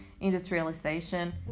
industrialization